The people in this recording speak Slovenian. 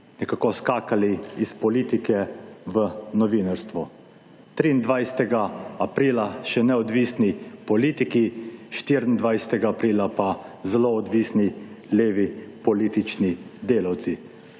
nekako skakali iz politike v novinarstvo. 23. aprila še neodvisni politiki, 24. aprila pa zelo odvisni levi politični delavci.